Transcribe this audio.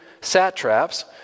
satraps